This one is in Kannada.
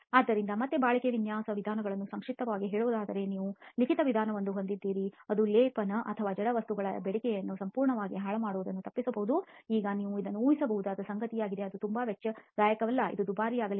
ಆದ್ದರಿಂದ ಮತ್ತೆ ಬಾಳಿಕೆ ವಿನ್ಯಾಸ ವಿಧಾನಗಳನ್ನು ಸಂಕ್ಷಿಪ್ತವಾಗಿ ಹೇಳುವುದಾದರೆ ನೀವು ಲಿಖಿತ ವಿಧಾನವನ್ನು ಹೊಂದಿದ್ದೀರಿ ಅದು ಲೇಪನ ಅಥವಾ ಜಡ ವಸ್ತುಗಳ ಬಳಕೆಯನ್ನು ಸಂಪೂರ್ಣವಾಗಿ ಹಾಳಾಗುವುದನ್ನು ತಪ್ಪಿಸಬಹುದು ಈಗ ಅದು ನೀವು ಊಹಿಸಬಹುದಾದ ಸಂಗತಿಯಾಗಿದೆ ಅದು ತುಂಬಾ ವೆಚ್ಚದಾಯಕವಲ್ಲ ಇದು ದುಬಾರಿಯಾಗಲಿದೆ